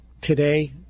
today